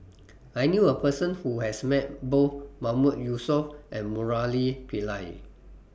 I knew A Person Who has Met Both Mahmood Yusof and Murali Pillai